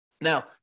Now